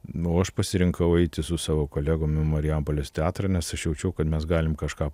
nu o aš pasirinkau eiti su savo kolegom į marijampolės teatrą nes aš jaučiau kad mes galim kažką